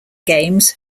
games